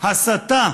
הסתה.